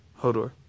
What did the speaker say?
Hodor